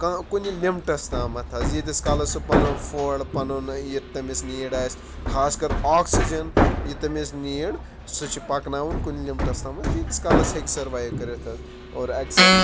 کانٛہہ کُنہِ لِمٹَس تامَتھ حظ ییٖتِس کالَس سُہ پَنُن فُڈ پَنُن یہِ تٔمِس نیٖڈ آسہِ خاص کر آکسیجَن یہِ تٔمِس نیٖڈ سُہ چھِ پَکناوُن کُنہِ لِمٹَس تامَتھ تیٖتِس کالَس ہیٚکہِ سٔروایِو کٔرِتھ حظ اور اَکسٮ۪پٹ